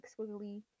squiggly